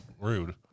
rude